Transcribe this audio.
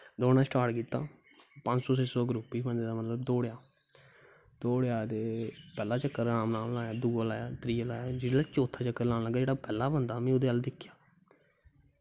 दोड़ लाना स्टार्ट कीता पंज सौ छै सौ ग्रुप हा बने दा मतलब दौड़ दा दौड़ेआ ते पैह्लै चक्कर र्हाम नाल लाया दुआ लाया त्रीया लाया जिसलै चौथा चक्कर लान लग्गा जेह्ड़ा पैह्लै बंदा हा ओह्दे अल्ल दिक्खेआ